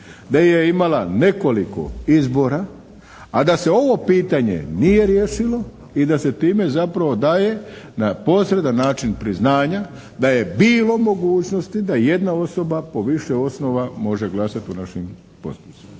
da je imala nekoliko izbora a da se ovo pitanje nije riješilo i da se time zapravo daje na posredan način priznanja da je bilo mogućnosti da jedna osoba po više osnova može glasati o našim postupcima.